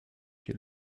you